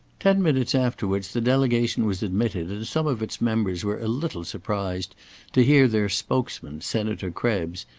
ten minutes afterwards the delegation was admitted, and some of its members were a little surprised to hear their spokesman, senator krebs,